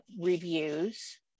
reviews